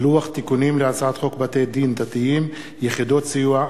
תיקונים להצעת חוק בתי-דין דתיים (יחידות סיוע),